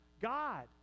God